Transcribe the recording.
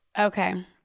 Okay